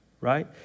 right